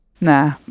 nah